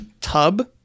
tub